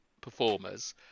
performers